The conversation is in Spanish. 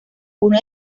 uno